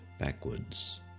backwards